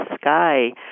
sky